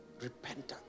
repentance